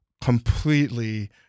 completely